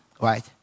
right